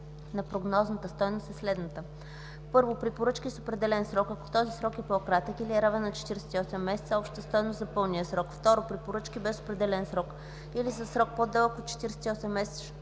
на прогнозната стойност е следната: 1. при поръчки с определен срок, ако този срок е по-кратък или е равен на 48 месеца – общата стойност за пълния срок; 2. при поръчки без определен срок или със срок, по-дълъг от 48 месеца